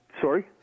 Sorry